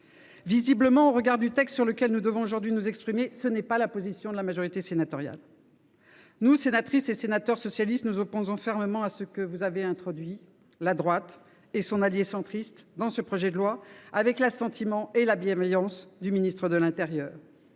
Visiblement, au regard du texte sur lequel nous devons aujourd’hui nous exprimer, ce n’est pas la position de la majorité sénatoriale. Nous, sénatrices et sénateurs socialistes, nous opposons fermement aux dispositions qu’ont introduites dans ce projet de loi la droite et son allié centriste, avec l’assentiment et la bienveillance du ministre de l’intérieur.